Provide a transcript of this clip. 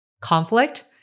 conflict